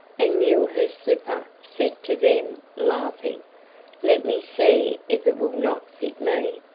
and knew her slipper, said to them, laughing let me see if it will not fit me.